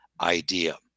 idea